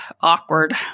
awkward